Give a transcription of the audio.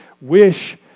wish